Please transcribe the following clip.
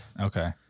Okay